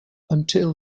until